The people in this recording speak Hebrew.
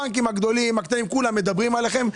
הבנקים הגדולים, הקטנים מדברים עליכם.